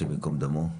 השם ייקום דמו,